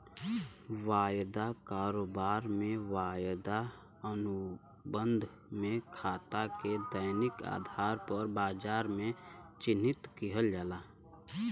वायदा कारोबार में, वायदा अनुबंध में खाता के दैनिक आधार पर बाजार में चिह्नित किहल जाला